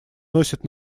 носит